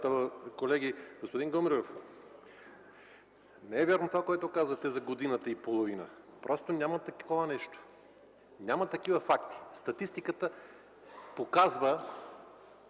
колеги! Господин Гумнеров, не е вярно, което казвате за годината и половина. Няма такова нещо. Няма такива факти. Статистиката показва